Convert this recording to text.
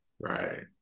Right